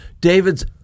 david's